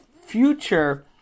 future